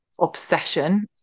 obsession